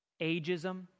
ageism